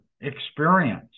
experience